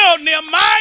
Nehemiah